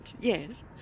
yes